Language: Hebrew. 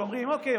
שאומרים: אוקיי,